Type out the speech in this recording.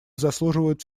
заслуживают